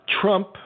Trump